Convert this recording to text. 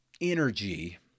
energy